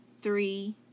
three